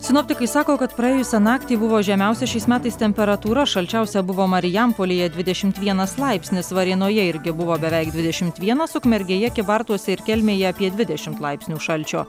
sinoptikai sako kad praėjusią naktį buvo žemiausia šiais metais temperatūra šalčiausia buvo marijampolėje dvidešimt vienas laipsnis varėnoje irgi buvo beveik dvidešimt vienas ukmergėje kybartuose ir kelmėje apie dvidešimt laipsnių šalčio